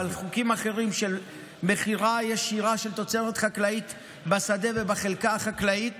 אבל חוקים אחרים של מכירה ישירה של תוצרת חקלאית בשדה ובחלקה החקלאית